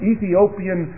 Ethiopian